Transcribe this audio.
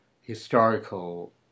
historical